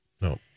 No